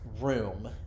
room